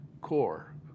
core